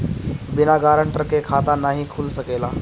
बिना गारंटर के खाता नाहीं खुल सकेला?